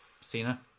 Cena